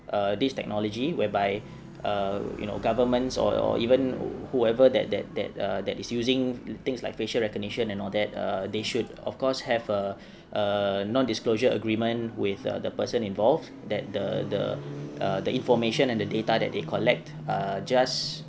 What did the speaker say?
err this technology whereby err you know governments or even whoever that that that err that is using things like facial recognition and all that err they should of course have a a non disclosure agreement with err the person involved that the the err the information and the data that they collect are just